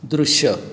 दृश्य